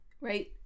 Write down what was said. right